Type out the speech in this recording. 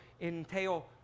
entail